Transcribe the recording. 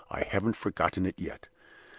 i haven't forgotten it yet!